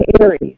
Aries